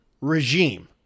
regime